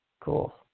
Cool